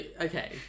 okay